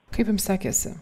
kaip jum sekėsi